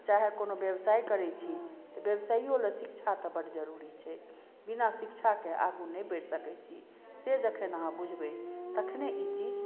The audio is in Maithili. चाहे कोनो व्यवसाय करै छी तऽ व्यवसायो लए शिक्षा तऽ बड जरूरी छै बिना शिक्षा के आगू नहि बढ़ि सकै छी से जखन अहाँ बुझबै तखने ई चीज